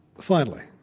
finally,